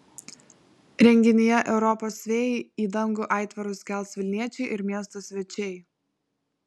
renginyje europos vėjai į dangų aitvarus kels vilniečiai ir miesto svečiai